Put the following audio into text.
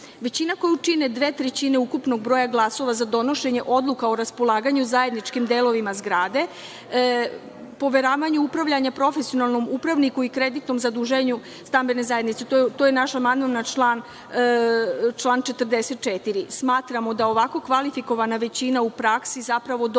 koju čine dve trećine ukupnog broja glasova za donošenje odluka o raspolaganju zajedničkim delovima zgrade, poveravanje upravljanja profesionalnom upravniku i kreditnom zaduženju stambene zajednice. To je naš amandman na član 44. Smatramo da ovako kvalifikovana većina u praksi zapravo dovodi